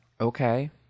Okay